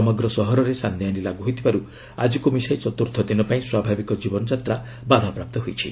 ସମଗ୍ର ସହରରେ ସାନ୍ଧ୍ୟ ଆଇନ ଲାଗୁ ହୋଇଥିବାରୁ ଆଜିକୁ ମିଶାଇ ଚତୁର୍ଥ ଦିନପାଇଁ ସ୍ୱାଭାବିକ ଜୀବନଯାତ୍ରା ବାଧାପ୍ରାପ୍ତ ହୋଇଛି